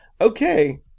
Okay